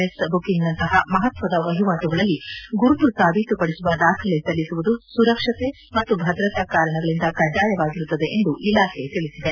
S ಬುಕಿಂಗ್ನಂತಹ ಮಹತ್ತದ ವಹಿವಾಟುಗಳಲ್ಲಿ ಗುರುತು ಸಾಬೀತುಪಡಿಸುವ ದಾಖಲೆ ಸಲ್ಲಿಸುವುದು ಸುರಕ್ಷತೆ ಮತ್ತು ಭದ್ರತಾ ಕಾರಣಗಳಿಂದ ಕಡ್ಡಾಯವಾಗಿರುತ್ತದೆ ಎಂದು ಇಲಾಖೆ ತಿಳಿಸಿದೆ